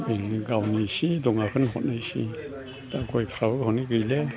ओरैनो गावनि एसे दङाखौनो हरनायसै दा गयफ्राबो हनै गैले